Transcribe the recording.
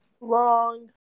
Wrong